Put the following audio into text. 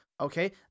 Okay